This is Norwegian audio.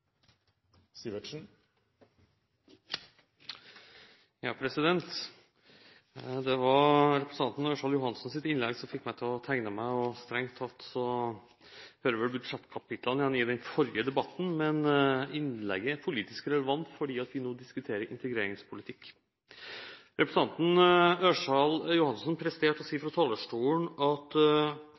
Det var representanten Ørsal Johansens innlegg som fikk meg til å tegne meg. Strengt tatt hører vel budsjettkapitlene hjemme i den forrige debatten, men innlegget er politisk relevant fordi vi nå diskuterer integreringspolitikk. Representanten Ørsal Johansen presterte å si fra talerstolen at